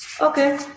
Okay